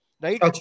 Right